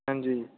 ਹਾਂਜੀ